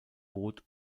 boot